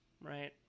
right